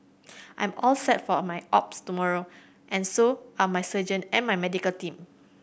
I'm all set for my opts tomorrow and so are my surgeon and my medical team